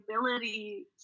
ability